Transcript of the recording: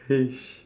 !hais!